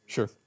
Sure